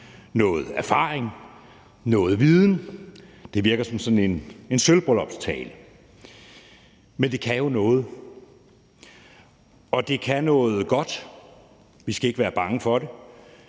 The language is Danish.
noget erfaring, noget viden. Det virker som sådan en sølvbryllupstale, men det kan jo noget, og det kan noget godt. Vi skal ikke være bange for det.